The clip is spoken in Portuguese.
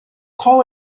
qual